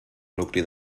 nucli